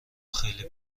خیلی